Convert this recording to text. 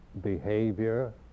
behavior